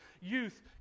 Youth